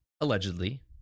allegedly